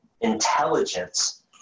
intelligence